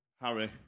Harry